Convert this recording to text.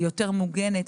יותר מוגנת,